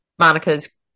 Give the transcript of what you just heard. Monica's